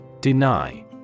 Deny